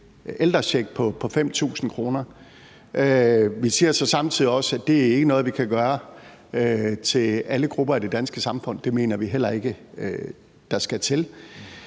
ældrecheck på 5.000 kr. Vi siger så samtidig også, at det ikke er noget, vi kan gøre til alle grupper af det danske samfund, og det mener vi heller ikke der skal til.